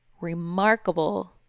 remarkable